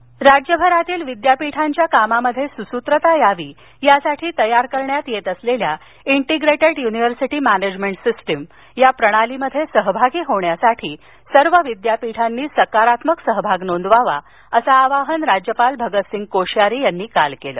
विद्यापीठ प्रणाली राज्यभरातील विद्यापीठांच्या कामामध्ये सुसूत्रता यावी यासाठी तयार करण्यात येत असलेल्या इंटिग्रेटेड युनिव्हर्सिटी मॅनेजमेंट सिस्टीम या प्रणालीमध्ये सहभागी होण्यासाठी सर्व विद्यापीठांनी सकारात्मक सहभाग नोंदवावा असं आवाहन राज्यपाल भगतसिंह कोश्यारी यांनी काल केलं